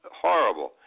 horrible